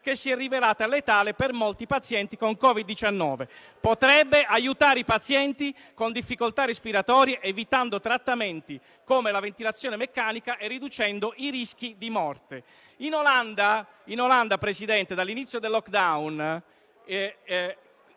che si è rivelata letale per molti pazienti con Covid-19. (...) potrebbe aiutare i pazienti con difficoltà respiratorie evitando trattamenti come la ventilazione meccanica e riducendo i rischi di morte». In Olanda, signor Presidente, dall'inizio del *lockdown*,